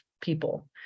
people